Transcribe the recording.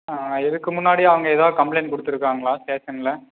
ஆ இதுக்கு முன்னாடி அவங்க எதா கம்ப்ளைண்ட் கொடுத்துருக்காங்களா ஸ்டேஷனில்